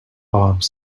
arms